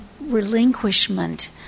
relinquishment